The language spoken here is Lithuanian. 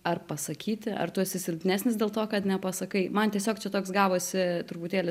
ar pasakyti ar tu esi silpnesnis dėl to kad nepasakai man tiesiog čia toks gavosi truputėlį